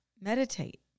meditate